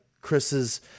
Chris's